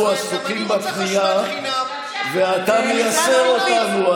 אז אנחנו עסוקים בקנייה ואתה מייסר אותנו,